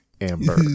Amber